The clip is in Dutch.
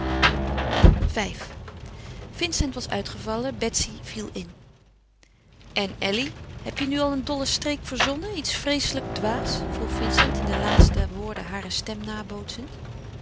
v vincent was uitgevallen betsy viel in en elly heb je nu al een dollen streek verzonnen iets vreeselijk dwaas vroeg vincent in de laatste woorden hare stem nabootsend